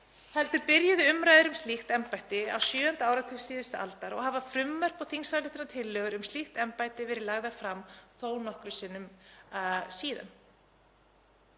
heldur byrjuðu umræður um slíkt embætti á sjöunda áratug síðustu aldar og hafa frumvörp og þingsályktunartillögur um slíkt embætti verið lagðar fram þó nokkrum sinnum síðan.